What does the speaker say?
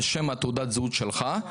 על שם תעודת הזהות שלך,